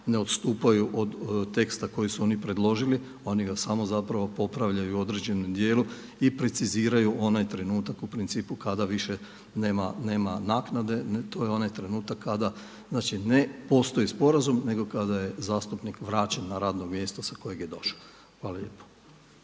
ne odstupaju od teksta koji su oni predložili, oni ga samo zapravo popravljaju u određenom dijelu i preciziraju onaj trenutak u principu kada više nema naknade, to je onaj trenutak kada ne postoji sporazum, nego kada je zastupnik vraćen na radno mjesto s kojeg je došao. Hvala lijepo.